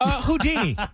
Houdini